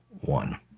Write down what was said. one